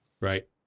Right